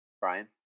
Brian